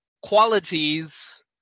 qualities